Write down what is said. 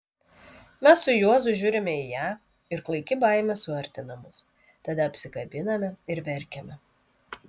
mes su juozu žiūrime į ją ir klaiki baimė suartina mus tada apsikabiname ir verkiame